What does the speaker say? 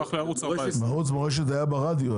הוא הפך לערוץ 14. ערוץ מורשת היה ברדיו,